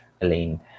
Elaine